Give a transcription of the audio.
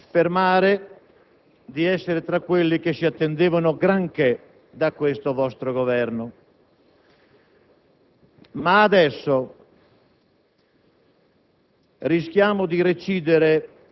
Non posso certo affermare di essere tra quelli che si attendevano granché da questo vostro Governo, ma adesso